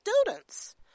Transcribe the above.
students